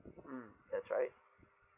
mm that's right